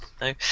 No